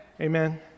Amen